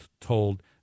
told